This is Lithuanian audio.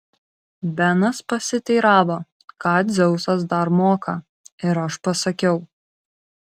benas pasiteiravo ką dzeusas dar moka ir aš pasakiau